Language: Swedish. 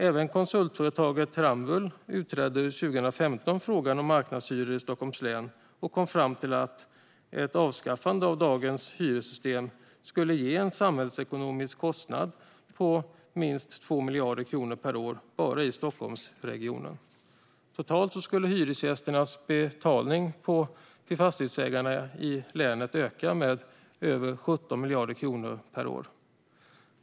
Även konsultföretaget Ramböll utredde 2015 frågan om marknadshyror i Stockholms län och kom fram till att ett avskaffande av dagens hyressystem skulle ge en samhällsekonomisk kostnad på minst 2 miljarder kronor per år bara i Stockholmsregionen. Totalt skulle hyresgästernas betalning till fastighetsägarna i länet öka med över 17 miljarder kronor per år.